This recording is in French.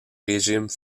régime